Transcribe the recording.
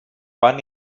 pan